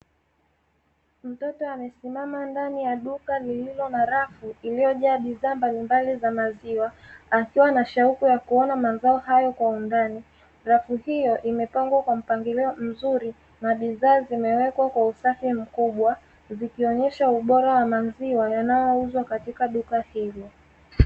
Mtoto amesimama ndani ya duka lililo na rafu iliyojaa bidhaa mbalimbali za maziwa, akiwa na shauku ya kuona mazao hayo kwa undani. Rafu hiyo imepangwa kwa mpangilio mzuri na bidhaa zimewekwa kwa usafi mkubwa, zikionyesha ubora wa maziwa yanayouzwa katika duka hilo.